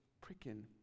pricking